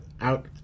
out